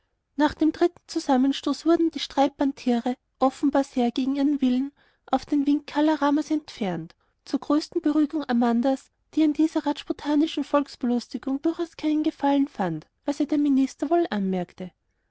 nach dem dritten zusammenstoß wurden die streitbaren tiere offenbar sehr gegen ihren willen auf den wink kala ramas entfernt zur größten beruhigung amandas die an dieser rajputanischen volksbelustigung durchaus keinen gefallen fand was ihr der minister wohl anmerkte